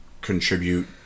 contribute